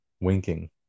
Winking